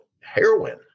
heroin